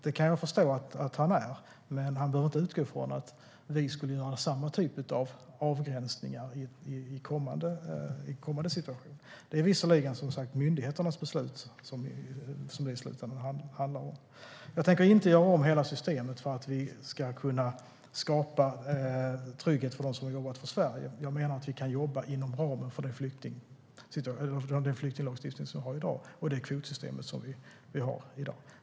Det kan jag förstå att han är, men han behöver inte utgå från att vi skulle göra samma typ av avgränsningar i kommande situationer, även om det i slutändan visserligen är myndigheternas beslut som det handlar om. Jag tänker inte göra om hela systemet för att vi ska kunna skapa trygghet för dem som har jobbat för Sverige. Jag menar att vi kan jobba inom ramen för den flyktinglagstiftning och det kvotsystem som vi har i dag.